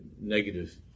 negative